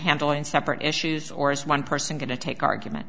handle in separate issues or is one person going to take argument